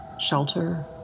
Shelter